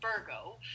virgo